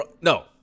no